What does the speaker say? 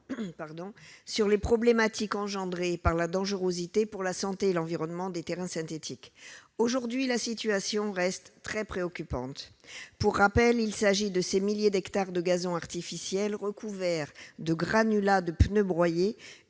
sur les problématiques engendrées par la dangerosité pour la santé et l'environnement des terrains synthétiques. Aujourd'hui, la situation reste très préoccupante. Pour rappel, il s'agit de ces milliers d'hectares de gazons artificiels recouverts de granulats de pneus broyés,